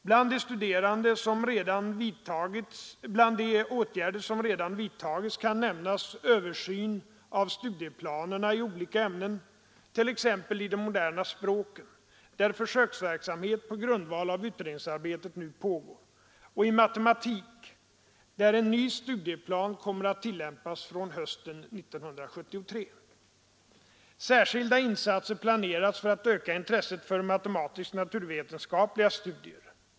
Bland de åtgärder som redan vidtagits kan nämnas översyn av studieplanerna i olika ämnen, t.ex. i de moderna språken, där försöksverksamhet på grundval av utredningsarbetet nu pågår, och i matematik, där en ny studieplan kommer att tillämpas från hösten 1973. Särskilda insatser planeras för att öka intresset för matematisk-naturvetenskapliga studier.